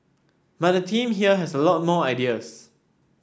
but the team here has a lot more ideas